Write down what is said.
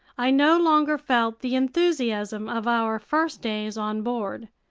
i no longer felt the enthusiasm of our first days on board.